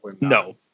No